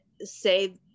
say